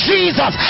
Jesus